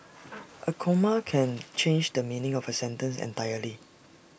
A comma can change the meaning of A sentence entirely